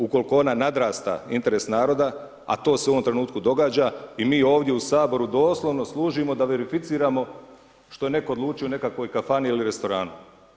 Ukoliko ona nadrasta interes naroda, a to se u ovom trenutku događa i mi ovdje u Saboru doslovno služimo da verificiramo što je netko odlučio u nekakvoj kafani ili restoranu.